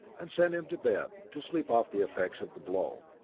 and sent him to bed to sleep off the effects of the blow.